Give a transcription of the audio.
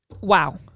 wow